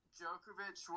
Djokovic